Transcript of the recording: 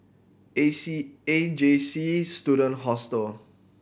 A C A J C Student Hostel